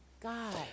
God